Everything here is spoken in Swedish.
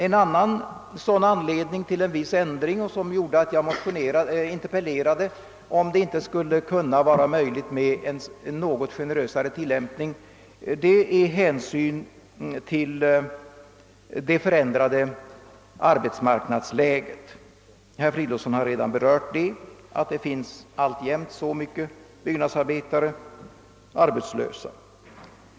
En annan orsak till min interpellation var frågan huruvida det inte skulle vara möjligt med en något generösåre tillämpning med hänsyn till det förändrade arbetsmarknadsläget. Herr Fridolfsson har redan berört det förhållandet, att många byggnadsarbetare alltjämt är arbetslösa.